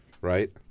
right